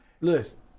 Listen